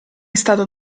stato